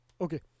okay